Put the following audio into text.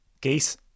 Geese